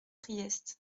priest